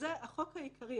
וזה החוק העיקרי,